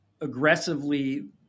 aggressively